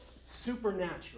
supernatural